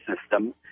system